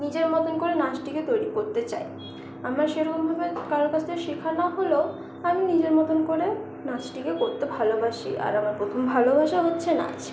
নিজের মতন করে নাচটিকে তৈরি করতে চাই আমরা সেরকমভাবে কারোর কাছ থেকে শেখা না হলেও আমি নিজের মত করেই নাচটিকে করতে ভালোবাসি আর আমার প্রথম ভালোবাসা হচ্ছে নাচ